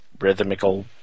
rhythmical